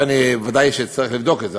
ואני ודאי שאצטרך לבדוק את זה,